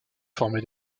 formé